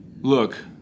Look